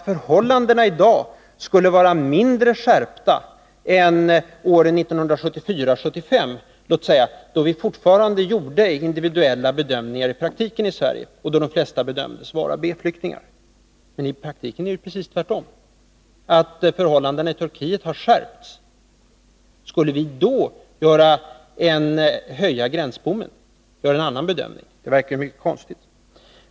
Förhållandena i dag skulle alltså vara mindre skärpta än låt oss säga åren 1974-1975, då vi fortfarande gjorde individuella bedömningar i praktiken här i Sverige, och då de flesta bedömdes vara B-flyktingar. Men i verkligheten är det precis tvärtom: förhållandena i Turkiet har skärpts. Skulle vi då höja gränsbommen och göra en annan bedömning? Det verkar mycket konstigt.